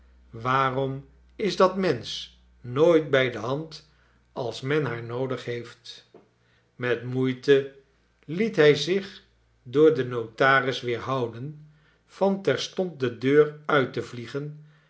waarom is dat mensch nooit bij de hand als men haar noodig heeft met moeite liet hij zich door den notaris weerhouden van terstond de deur uit te vliegen